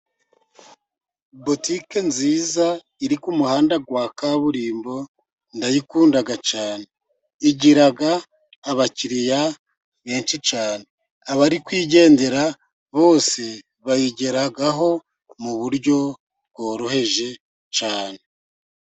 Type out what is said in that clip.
Butike nziza iri ku muhanda wa kaburimbo ndayikunda cyane, igira abakiriya benshi cyane, abari kwigendera bose bayigeragaho mu buryo bworoheje cyane.